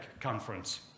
conference